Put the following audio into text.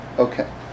Okay